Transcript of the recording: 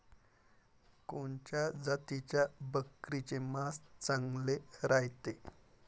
कोनच्या जातीच्या बकरीचे मांस चांगले रायते?